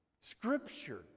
Scripture